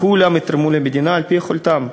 כולם יתרמו למדינה על-פי יכולתם,